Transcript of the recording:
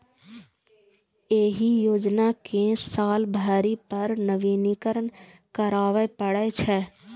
एहि योजना कें साल भरि पर नवीनीकरण कराबै पड़ै छै